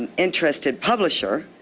and interested publisher.